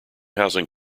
housing